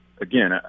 again